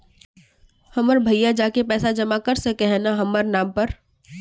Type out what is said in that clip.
हमर भैया जाके पैसा जमा कर सके है न हमर नाम पर?